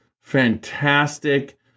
fantastic